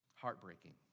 Heartbreaking